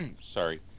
sorry